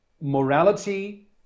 morality